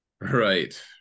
right